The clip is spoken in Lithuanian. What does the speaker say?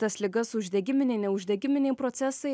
tas ligas uždegiminiai neuždegiminiai procesai